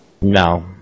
No